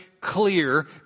clear